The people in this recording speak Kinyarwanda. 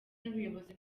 n’ubuyobozi